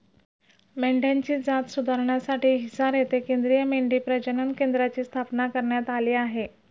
मेंढ्यांची जात सुधारण्यासाठी हिसार येथे केंद्रीय मेंढी प्रजनन केंद्राची स्थापना करण्यात आली आहे